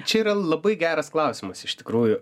čia yra labai geras klausimas iš tikrųjų